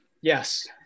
Yes